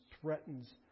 threatens